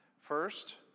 First